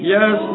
Yes